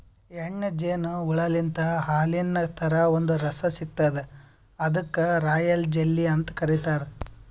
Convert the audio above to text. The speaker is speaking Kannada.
ಹೆಣ್ಣ್ ಜೇನು ಹುಳಾಲಿಂತ್ ಹಾಲಿನ್ ಥರಾ ಒಂದ್ ರಸ ಸಿಗ್ತದ್ ಅದಕ್ಕ್ ರಾಯಲ್ ಜೆಲ್ಲಿ ಅಂತ್ ಕರಿತಾರ್